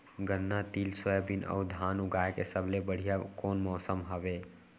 गन्ना, तिल, सोयाबीन अऊ धान उगाए के सबले बढ़िया कोन मौसम हवये?